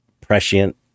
prescient